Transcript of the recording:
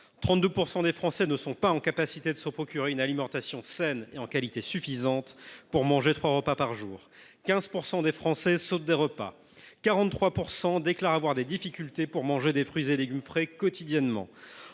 32 % des Français ne sont pas en mesure de se procurer une alimentation saine et en qualité suffisante pour manger trois repas par jour ; 15 % sautent des repas ; 43 % déclarent avoir des difficultés pour manger des fruits et légumes frais quotidiennement.